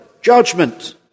Judgment